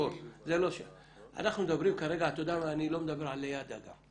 אתה יודע מה, אני לא מדבר על ליד"ה גם.